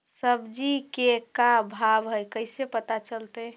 सब्जी के का भाव है कैसे पता चलतै?